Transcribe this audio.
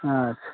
अच्छा